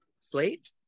slate